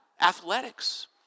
athletics